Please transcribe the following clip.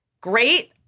great